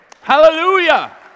Hallelujah